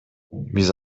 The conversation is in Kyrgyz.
биз